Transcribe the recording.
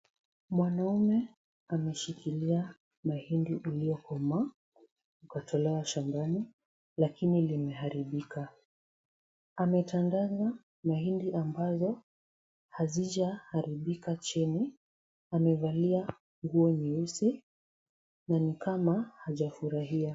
Mwanaume ameshikilia mahindi iliyokomaa ikatolewa shambani, lakini imeharibika. Ametandaza mahindi ambazo hazijaharibika chini. Amevalia nguo nyeusi na ni kama hajafurahia.